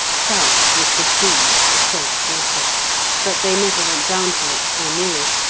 south was the sea, the salt water but they never went down to it, or near it,